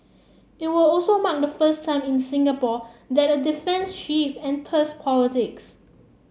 it will also mark the first time in Singapore that a defence chief enters politics